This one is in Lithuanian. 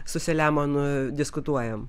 su selemonu diskutuojam